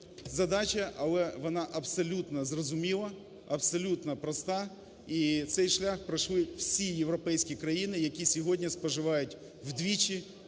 задач, але вона абсолютно зрозуміла, абсолютно проста, і цей шлях пройшли всі європейські країни, які сьогодні споживають вдвічі,